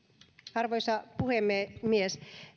arvoisa puhemies